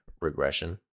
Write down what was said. regression